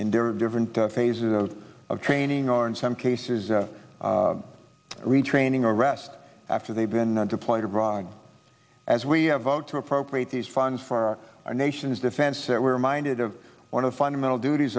and others in different phases of training or in some cases retraining or rest after they've been deployed abroad as we have to appropriate these funds for our nation's defense that we're reminded of one of the fundamental duties